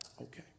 okay